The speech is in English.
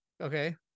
Okay